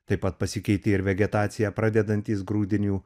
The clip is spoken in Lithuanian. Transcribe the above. taip pat pasikeitė ir vegetaciją pradedantys grūdinių